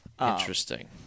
Interesting